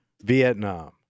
Vietnam